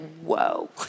Whoa